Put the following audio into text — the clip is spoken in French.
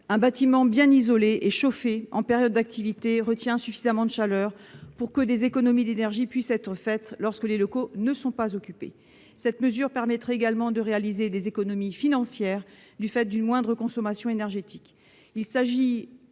Un bâtiment bien isolé et chauffé en période d'activité retient suffisamment de chaleur pour que des économies d'énergie puissent être faites lorsque les locaux ne sont pas occupés. La mesure proposée permettrait également de réaliser des économies financières, du fait d'une moindre consommation énergétique.